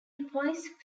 police